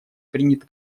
принят